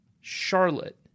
Charlotte